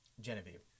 Genevieve